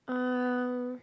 um